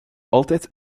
altijd